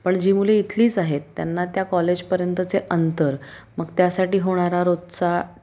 पण जी मुले इथलीच आहेत त्यांना त्या कॉलेजपर्यंतचे अंतर मग त्यासाठी होणारा रोजचा